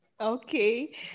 okay